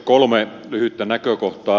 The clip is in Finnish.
kolme lyhyttä näkökohtaa